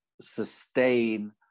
sustain